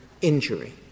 injury